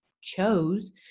chose